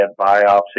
biopsy